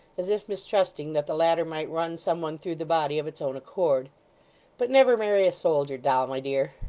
as if mistrusting that the latter might run some one through the body of its own accord but never marry a soldier, doll, my dear